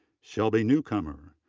shelbi newcomer,